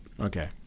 okay